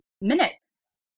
minutes